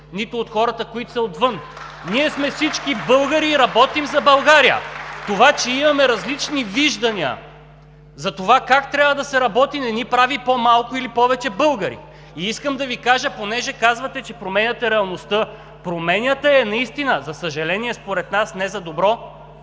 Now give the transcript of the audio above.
и работим за България! (Ръкопляскания от „БСП за България“.) Това, че имаме различни виждания за това как трябва да се работи, не ни прави по-малко или повече българи. Искам да Ви кажа, понеже казвате, че променяте реалността, променяте я наистина. За съжаление, според нас не за добро,